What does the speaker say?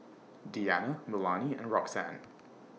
Deanna Melany and Roxanne